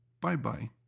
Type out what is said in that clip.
Bye-bye